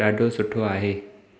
ॾाढो सुठो आहे